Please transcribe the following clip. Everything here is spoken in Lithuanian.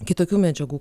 kitokių medžiagų